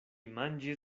manĝis